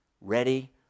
ready